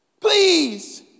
please